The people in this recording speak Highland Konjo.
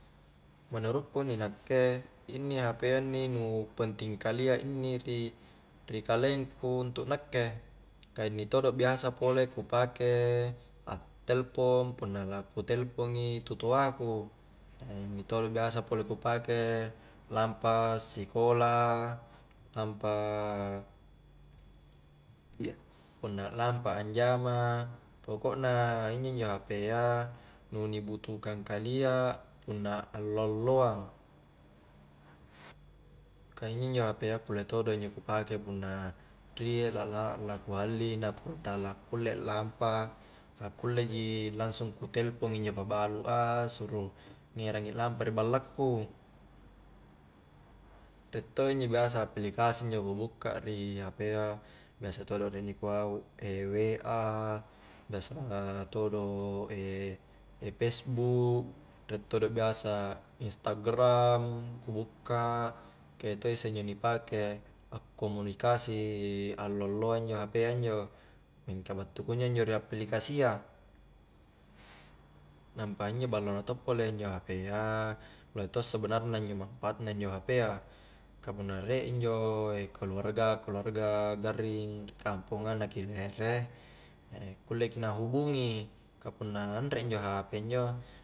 Menurukku inni nakke inni hp a inni nu panting kalia inni ri kalengku untu' nakke ka inn todo' biasa pole' ku pake aktelpong punna laku telpongi tutoa ku inni todo biasa pole ku pake lampa sikola lampa punna lampa anjama, pokokna injo-njo hp a, nu ni butuhkang kalia punna allo-alloang ka injo-njo hp a kulle todo' injo ku pake punna riek lak-la-lakuhalli na ku tala kulle lampa akkulle ji langsung ku telpong injo pabalua suro ngerangi lampa ri ballaku riek to injo biasa aplikasi injo ku bukka ri hp a, biasa todo' riek ni kua wa, biasa todo' pesbuk, riek todo' biasa instaagram ku bukka ka iya to' isse njo ni pake akkomunikasi, allo-alloa injo hp a injo mingka battu kunjo-njo ri aplikasia nampa injo ballo na to' pole injo hp a lohe to' sebenarna manfaat na injo hp a ka punna riek injo keluarga-keluarga garring ri kamponga, na ki lere kulle ki na hubungi ka punna anre injo hp injo